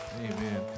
Amen